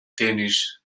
tênis